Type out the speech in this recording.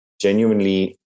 genuinely